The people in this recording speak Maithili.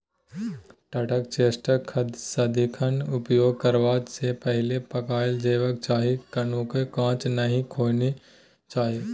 टटका चेस्टनट सदिखन उपयोग करबा सँ पहिले पकाएल जेबाक चाही कखनहुँ कांच नहि खेनाइ चाही